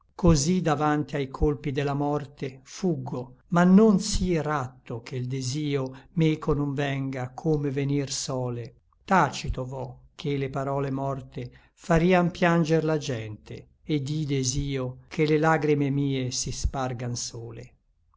cosí davanti ai colpi de la morte fuggo ma non sí ratto che l desio meco non venga come venir sòle tacito vo ché le parole morte farian pianger la gente et i desio che le lagrime mie si spargan sole